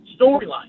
storyline